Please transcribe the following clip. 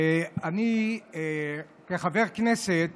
כחבר כנסת